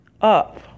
up